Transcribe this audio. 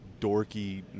dorky